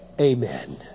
amen